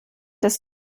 des